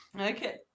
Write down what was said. Okay